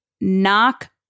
Knock